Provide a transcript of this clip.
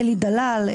אלי דלל,